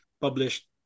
published